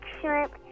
shrimp